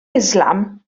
islam